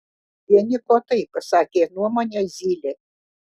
vieni kotai pasakė savo nuomonę zylė